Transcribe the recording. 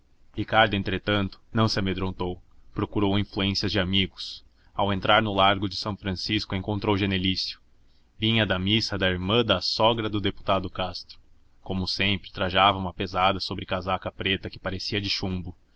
ricardo entretanto não se amedrontou procurou influências de amigos ao entrar no largo de são francisco encontrou genelício vinha da missa da irmã da sogra do deputado castro como sempre trajava uma pesada sobrecasaca preta que parecia de chumbo